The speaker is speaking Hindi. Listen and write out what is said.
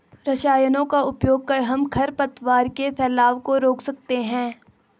रसायनों का उपयोग कर हम खरपतवार के फैलाव को रोक सकते हैं